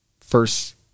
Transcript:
first